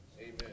amen